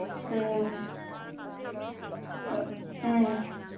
ꯎꯝ ꯍꯣꯏ ꯎꯝ